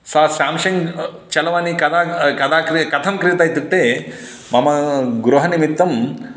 सा शाम्शङ्ग् चरवाणी कदा कदा क्रिता कथं क्रीता इत्युक्ते मम गृहनिमित्तं